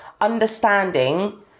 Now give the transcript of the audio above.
understanding